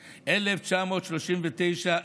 1939,